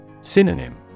Synonym